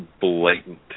blatant